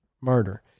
murder